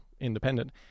independent